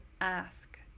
ask